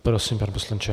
Prosím, pane poslanče.